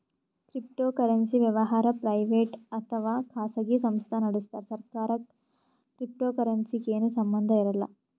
cryptocurrency ವ್ಯವಹಾರ್ private ಅಥವಾ ಖಾಸಗಿ ಸಂಸ್ಥಾ ನಡಸ್ತಾರ್ ಸರ್ಕಾರಕ್ಕ್ ಕ್ರಿಪ್ಟೋಕರೆನ್ಸಿಗ್ ಏನು ಸಂಬಂಧ್ ಇರಲ್ಲ್